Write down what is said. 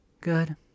Good